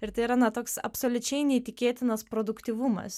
ir tai yra na toks absoliučiai neįtikėtinas produktyvumas